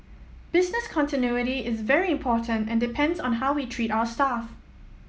business continuity is very important and depends on how we treat our staff